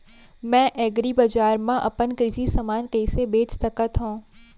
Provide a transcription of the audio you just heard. मैं एग्रीबजार मा अपन कृषि समान कइसे बेच सकत हव?